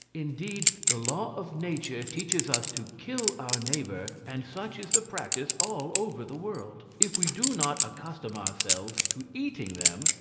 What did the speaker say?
indeed, the law of nature teaches us to kill our neighbour, and such is the practice all over the world. if we do not accustom ourselves to eating them,